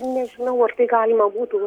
nežinau ar tai galima būtų